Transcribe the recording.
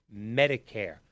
Medicare